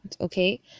Okay